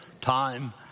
time